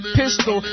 pistol